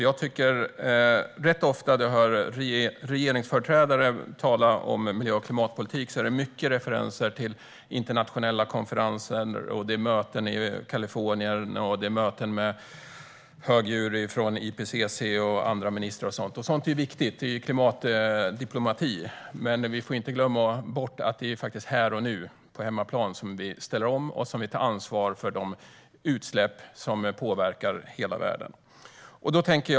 Jag tycker nämligen att rätt ofta när vi hör regeringsföreträdare tala om miljö och klimatpolitik är det mycket referenser till internationella konferenser, möten i Kalifornien, möten med högdjur från IPCC och möten med andra ministrar. Sådant är viktigt; det är klimatdiplomati. Men vi får inte glömma bort att det faktiskt är här och nu, på hemmaplan, som vi ställer om och tar ansvar för de utsläpp som påverkar hela världen.